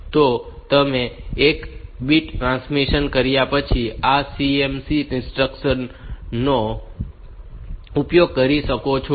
તો તમે એક બીટ ટ્રાન્સમિટ કર્યા પછી આ CMC ઇન્સ્ટ્રક્શન નો ઉપયોગ કરી શકો છો